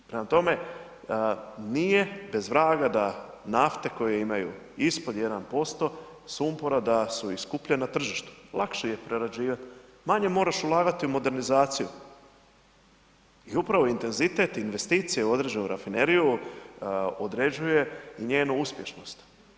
Prema tome, nije bez vraga da nafte koje imaju ispod 1% sumpora da su i skuplje na tržištu, lakše ih prerađivati, manje moraš ulagati u modernizaciju i upravo intenzitet investicije u određenu rafineriju određuje i njenu uspješnost.